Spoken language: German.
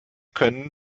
können